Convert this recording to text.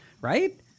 Right